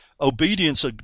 obedience